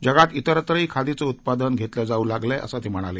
जगात विरत्रही खादीचं उत्पादन घेतलं जाऊ लागलंय असं ते म्हणाले